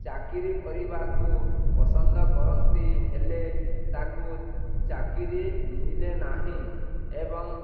ଚାକିରୀ କରିବାକୁ ପସନ୍ଦ କରନ୍ତି ହେଲେ ତାକୁ ଚାକିରି ମିଲେ ନାହିଁ ଏବଂ